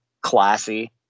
classy